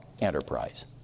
enterprise